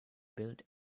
built